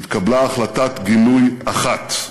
התקבלה החלטת גינוי אחת.